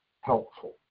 helpful